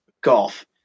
golf